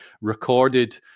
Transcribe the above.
recorded